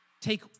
take